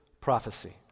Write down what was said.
prophecy